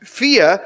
fear